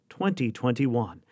2021